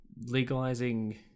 legalizing